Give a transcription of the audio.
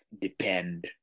depend